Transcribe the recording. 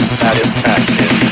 satisfaction